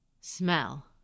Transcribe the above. Smell